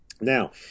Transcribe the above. Now